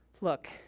look